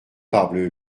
parbleu